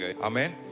Amen